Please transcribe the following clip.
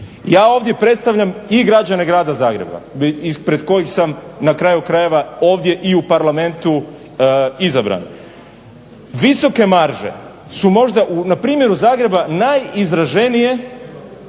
Ja ovdje predstavljam i građane Grada Zagreba ispred kojih sam na kraju krajeva ovdje i u Parlamentu izabran. Visoke marže su možda na primjeru Zagreba najizraženije